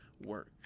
work